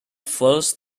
flows